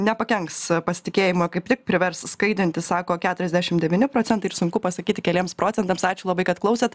nepakenks pasitikėjimui kaip tik privers skaitanti sako keturiasdešim devyni procentai ir sunku pasakyti keliems procentams ačiū labai kad klausėt